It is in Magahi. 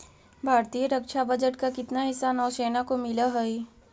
भारतीय रक्षा बजट का कितना हिस्सा नौसेना को मिलअ हई